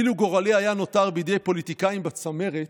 אילו גורלי היה נותר בידי פוליטיקאים בצמרת,